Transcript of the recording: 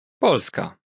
Polska